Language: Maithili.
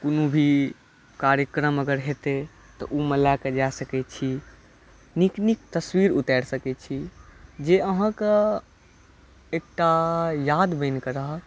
कोनो भी कार्यक्रम अगर हेतै तऽ ओहिमे लए कऽ जाय सकै छी नीक नीक तस्वीर उतारि सकै छी जे आहाँ के एकटा याद बनि कऽ रहत